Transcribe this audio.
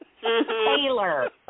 Taylor